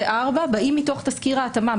ו-(4) באים מתוך תסקיר ההתאמה,